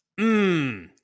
Mmm